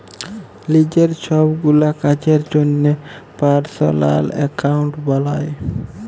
লিজের ছবগুলা কাজের জ্যনহে পার্সলাল একাউল্ট বালায়